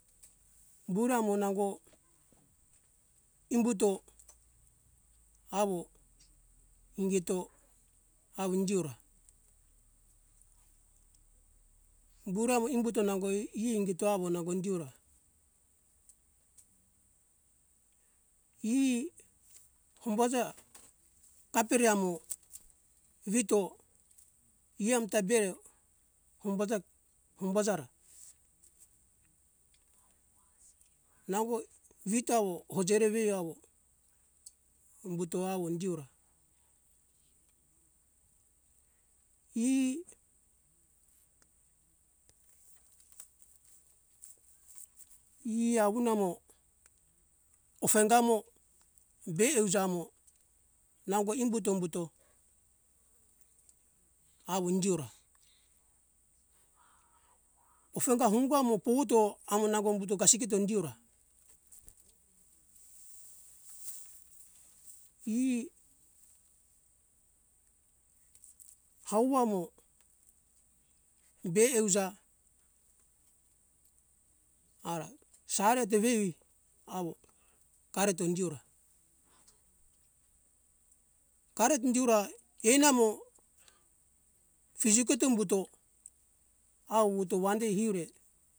Buri amo nango imbuto awo ingito awo indiora buro amo imbuto nango e ingito awo indiora buro amo imbuto nango e ingito awo indiora e hombaja kapere amo vito e amta bero hombaja hombaja ra nango vito awo hojereve awo umbuto awo indiora e e awunamo ofeng gamo be euja mo nango imbuto ombuto awo indiora ofenga honga mo powuto awo nango umbuto kasiketo indiora e hauwa mo be euja ara sarete vei awo kareto indiora kareto indiora ai namo fijuketo imbuto awo wuwuto wande hiure